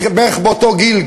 אנו בערך באותו גיל,